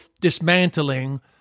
dismantling